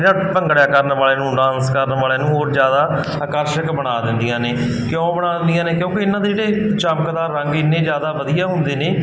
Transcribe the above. ਭੰਗੜਾ ਕਰਨ ਵਾਲਿਆਂ ਨੂੰ ਡਾਂਸ ਕਰਨ ਵਾਲਿਆਂ ਨੂੰ ਹੋਰ ਜ਼ਿਆਦਾ ਆਕਰਸ਼ਕ ਬਣਾ ਦਿੰਦੀਆਂ ਨੇ ਕਿਉਂ ਬਣਾ ਦਿੰਦੀਆਂ ਨੇ ਕਿਉਂਕਿ ਇਹਨਾਂ ਦੇ ਜਿਹੜੇ ਚਮਕਦਾਰ ਰੰਗ ਇੰਨੇ ਜ਼ਿਆਦਾ ਵਧੀਆ ਹੁੰਦੇ ਨੇ